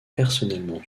personnellement